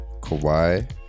Kawhi